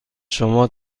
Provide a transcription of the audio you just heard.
شما